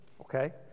okay